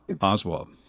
Oswald